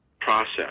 process